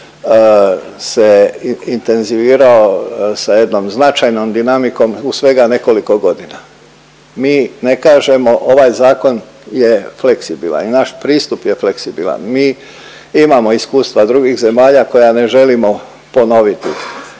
se intenzivirao sa jednom značajnom dinamikom u svega nekoliko godina. Mi ne kažemo ovaj zakon je fleksibilan i naš pristup je fleksibilan, mi imamo iskustva drugih zemalja koja ne želimo ponoviti.